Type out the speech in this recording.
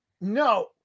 no